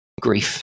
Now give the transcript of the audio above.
grief